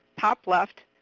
top left,